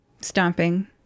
stomping